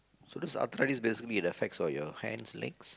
so this arthritis basically affects what your hands legs